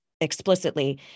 explicitly